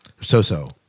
Soso